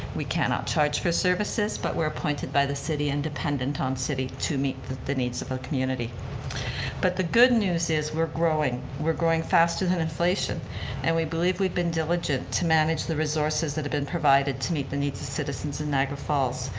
we cannot charge for services but we're appointed by the city and dependent on city to meet the the needs of a community but the good news is we're growing. we're growing faster than inflation and we believe we've been diligent to manage the resources that have been provided to meet the needs of citizens in niagara falls.